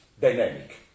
dynamic